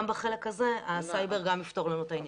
גם בחלק הזה הסייבר גם יפתור לנו את העניין הזה.